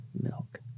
milk